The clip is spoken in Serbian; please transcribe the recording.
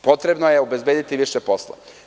Potrebno je obezbediti više posla.